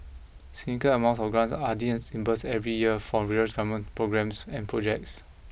significant amounts of grants are every year for various government programmes and projects